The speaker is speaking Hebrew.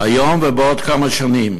היום ובעוד כמה שנים.